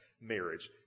marriage